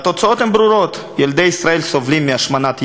והתוצאות הן ברורות: ילדי ישראל סובלים מהשמנת יתר,